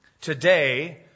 Today